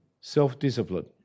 self-discipline